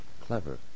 clever